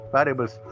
Variables